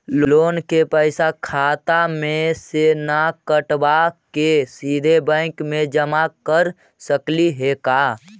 Loan के पैसा खाता मे से न कटवा के सिधे बैंक में जमा कर सकली हे का?